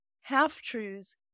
half-truths